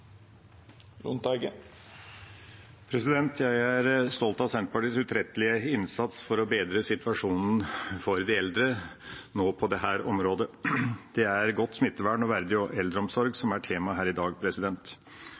Jeg er stolt av Senterpartiets utrettelige innsats for å bedre situasjonen for de eldre på dette området. Det er godt smittevern og verdig eldreomsorg